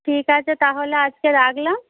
ঠিক আছে তাহলে আজকে রাখলাম